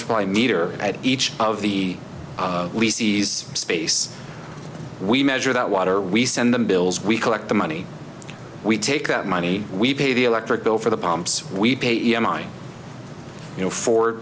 supply meter at each of the lease ease space we measure that water we send them bills we collect the money we take that money we pay the electric bill for the pumps we pay e m i you know for